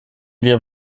wir